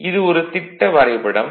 இது ஒரு திட்ட வரைபடம்